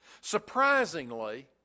Surprisingly